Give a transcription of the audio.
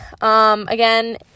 again